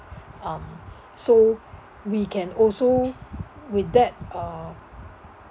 um so we can also with that uh